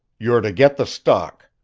you're to get the stock.